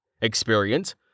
Experience